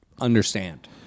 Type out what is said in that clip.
understand